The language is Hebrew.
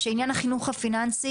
שעניין החינוך הפיננסי,